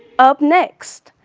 up next,